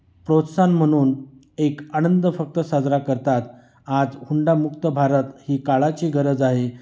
प्रोत्साहन म्हणून एक आनंद फक्त साजरा करतात आज हुंडामुक्त भारत ही काळाची गरज आहे